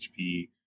HP